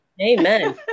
Amen